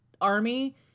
army